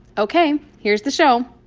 ok, here's the show